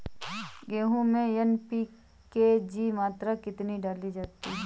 गेहूँ में एन.पी.के की मात्रा कितनी डाली जाती है?